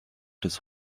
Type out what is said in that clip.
des